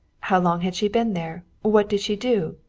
how long had she been there? what did she do?